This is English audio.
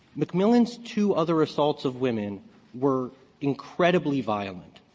mcmillan's two other assaults of women were incredibly violent.